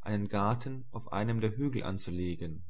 einen garten auf einem der hügel anzulegen